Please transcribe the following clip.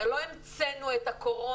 הרי לא המצאנו את הקורונה.